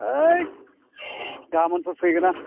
हैथ गाबोनफोर फैगोन आं